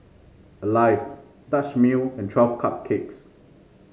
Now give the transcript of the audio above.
Alive Dutch Mill and Twelve Cupcakes